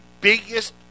biggest